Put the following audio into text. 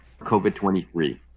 COVID-23